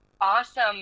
Awesome